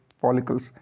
follicles